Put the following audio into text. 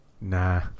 Nah